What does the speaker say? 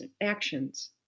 actions